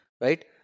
right